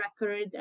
record